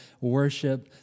worship